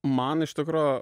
man iš tikro